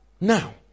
Now